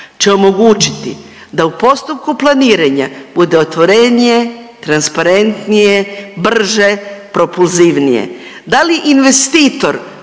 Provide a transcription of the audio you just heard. će omogućiti da u postupku planiranja bude otvorenje transparentnije, brže, propulzivnije. Da li investitor